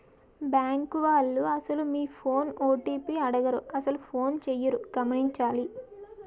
bank వాళ్లు అసలు మీ ఫోన్ ఓ.టి.పి అడగరు అసలు ఫోనే చేయరు గమనించాలి